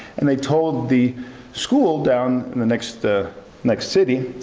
and they told the school down in the next the next city,